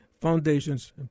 Foundations